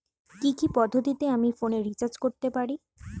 কি কি পদ্ধতিতে আমি ফোনে রিচার্জ করতে পারি?